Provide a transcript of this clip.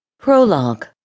PROLOGUE